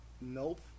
Nope